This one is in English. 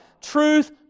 truth